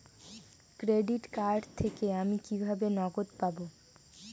Credit card থেকে আমি কিভাবে নগদ পাব?